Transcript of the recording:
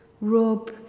rob